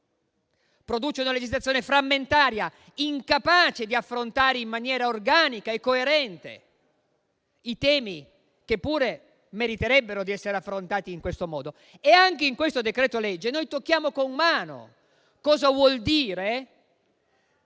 produce una legislazione frammentaria, incapace di affrontare in maniera organica e coerente i temi che pure meriterebbero di essere affrontati in questo modo. Anche nel decreto-legge in esame tocchiamo con mano cosa vuol dire